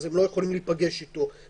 אז הם לא יכולים להיפגש איתו.